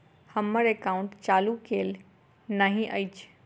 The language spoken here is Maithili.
हम्मर एकाउंट चालू केल नहि अछि?